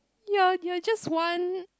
ya ya just one